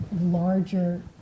larger